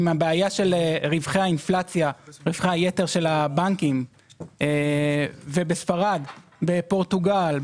עם הבעיה של רווחי היתר של הבנקים ובספרד ופורטוגל,